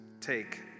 take